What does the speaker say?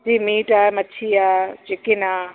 जी meat आहे मछी आहे चिकिन आहे